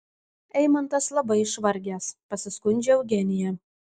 eimantas labai išvargęs pasiskundžia eugenija